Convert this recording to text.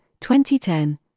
2010